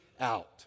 out